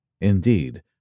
Indeed